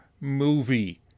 movie